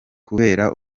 kubera